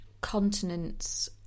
continents